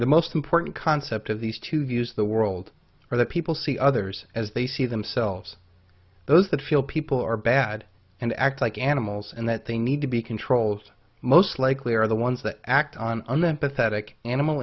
the most important concept of these two views the world or the people see others as they see themselves those that feel people are bad and act like animals and that they need to be controls most likely are the ones that act on an empathetic animal